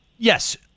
Yes